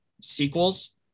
sequels